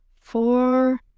Four